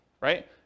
right